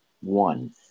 one